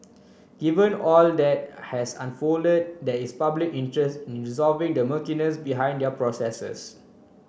given all that has unfolded there is public interest in resolving the murkiness behind their processes